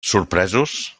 sorpresos